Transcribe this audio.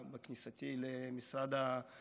בכניסתי למשרד התיירות.